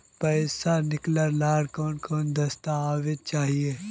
पैसा निकले ला कौन कौन दस्तावेज चाहिए?